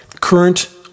Current